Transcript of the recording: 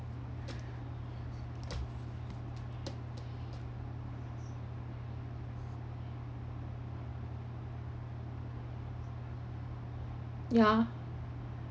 yeah